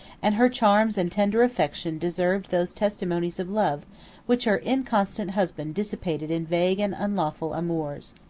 and her charms and tender affection deserved those testimonies of love which her inconstant husband dissipated in vague and unlawful amours.